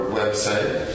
website